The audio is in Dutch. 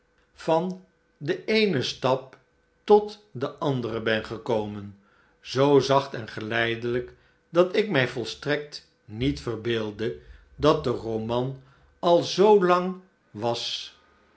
van den eenen stap tot den anderen ben gekomen zoo zacht en geleidelijk dat ik mij volstrekt niet verbeeldde dat de roman al zoo lang was